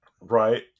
right